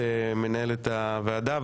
ואת מנהלת הוועדה.